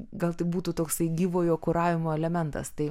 gal tai būtų toksai gyvojo kuravimo elementas tai